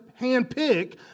handpick